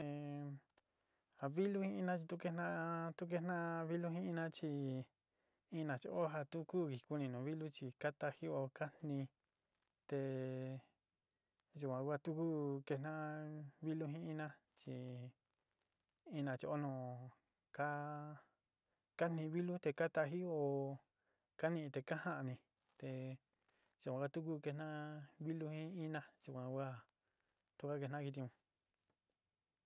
ja vilu jin ina chi tu ketná tu ketna vilu jin ina chi ina chi oó ja tu kuvi kuni nu vilu chi katajio ka jiin te te yuan ku tu ku ketna vilu jin ina, chi ina chi oó nu ka nii vilu te katajio ka nii te ka ja'ani, te yuan tu ku ketna'á vilu jin ina yuan kua tu ka ketna kiti un.